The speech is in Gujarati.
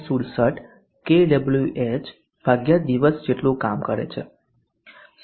67 કેડબ્લ્યુએચ દિવસ જેટલું કામ કરે છે